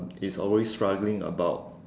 is always struggling about